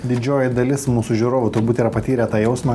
didžioji dalis mūsų žiūrovų turbūt yra patyrę tą jausmą